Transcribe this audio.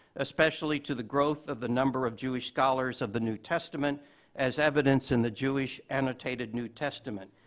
especially to the growth of the number of jewish scholars of the new testament as evidenced in the jewish annotated new testament,